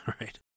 right